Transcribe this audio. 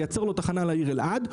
לייצר לו תחנה לעיר אלעד,